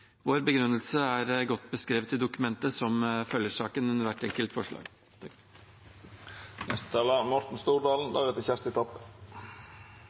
Vår begrunnelse er godt beskrevet i dokumentet som følger saken, under hvert enkelt forslag.